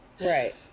Right